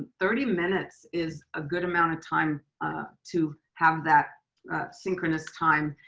thirty minutes is a good amount of time ah to have that synchronous time,